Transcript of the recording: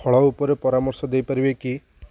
ଫଳ ଉପରେ ପରାମର୍ଶ ଦେଇ ପାରିବେ କି